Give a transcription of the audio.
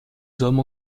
hommes